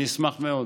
אני אשמח מאוד.